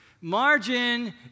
Margin